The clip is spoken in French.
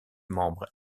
membres